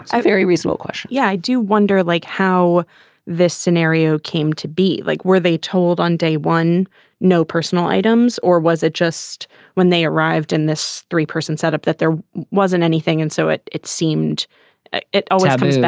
very reasonable question yeah. i do wonder like how this scenario came to be like. were they told on day one no personal items or was it just when they arrived in this three person setup that there wasn't anything? and so it it seemed it all happens.